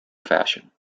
fashion